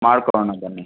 ಮಾಡಿಕೊಡೋಣ ಬನ್ನಿ